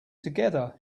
together